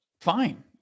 Fine